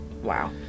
Wow